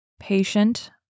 patient